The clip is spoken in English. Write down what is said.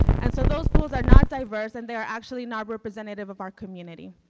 and so those pools are not diverse, and they are actually not representative of our community.